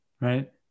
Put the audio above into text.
right